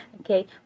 Okay